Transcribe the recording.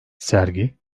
sergi